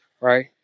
right